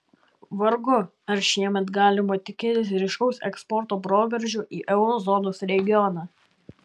vargu ar šiemet galima tikėtis ryškaus eksporto proveržio į euro zonos regioną